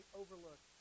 overlook